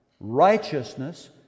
righteousness